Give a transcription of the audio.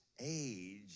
age